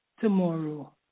Tomorrow